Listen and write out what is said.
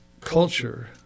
culture